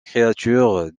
créatures